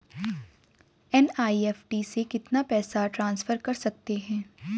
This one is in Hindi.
एन.ई.एफ.टी से कितना पैसा ट्रांसफर कर सकते हैं?